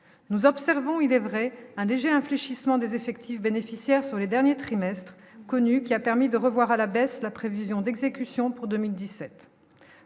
nous observons, il est vrai un léger infléchissement des effectifs bénéficiaires sur les derniers trimestres connu qui a permis de revoir à la baisse la prévision d'exécution pour 2017